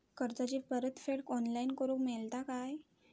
कर्जाची परत फेड ऑनलाइन करूक मेलता काय?